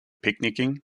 picnicking